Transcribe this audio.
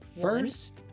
First